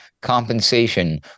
compensation